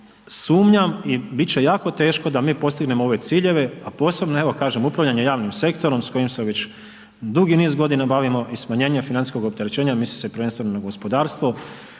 sumnjam i biti će jako teško da mi postignemo ove ciljeve a posebno evo kažem upravljanje javnim sektorom s kojim se već dugi niz godina bavimo i smanjenje financijskog opterećenja, misli se prvenstveno na gospodarstvo